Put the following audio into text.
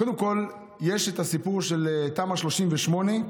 קודם כול, יש את הסיפור של תמ"א 38,